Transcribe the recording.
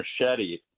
machete